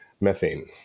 methane